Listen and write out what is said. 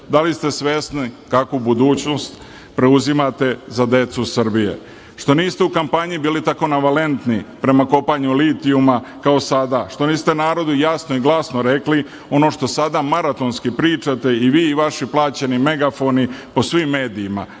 Da li ste svesni kakvu budućnost preuzimate za decu Srbije? Što niste u kampanji bili tako navalentni prema kopanju litijuma kao sada? Što niste narodu jasno i glasno rekli ono što sada maratonski pričate i vi i vaši plaćeni megafoni po svim medijima?